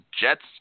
jets